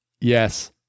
Yes